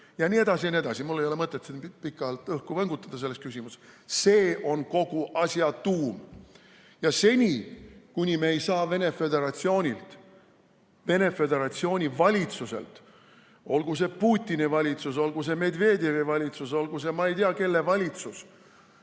valgusesse jne. Mul ei ole mõtet siin pikalt õhku võngutata selles küsimuses. See on kogu asja tuum. Seni, kuni me ei saa Venemaa Föderatsioonilt, Venemaa Föderatsiooni valitsuselt, olgu see Putini valitsus, olgu see Medvedevi valitsus või olgu see ei tea kelle valitsus